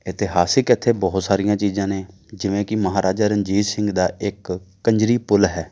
ਇਤਿਹਾਸਿਕ ਇੱਥੇ ਬਹੁਤ ਸਾਰੀਆਂ ਚੀਜ਼ਾਂ ਨੇ ਜਿਵੇਂ ਕਿ ਮਹਾਰਾਜਾ ਰਣਜੀਤ ਸਿੰਘ ਦਾ ਇੱਕ ਕੰਜਰੀ ਪੁੱਲ ਹੈ